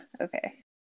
okay